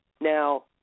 Now